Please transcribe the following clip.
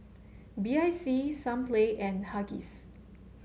B I C Sunplay and Huggies